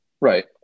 right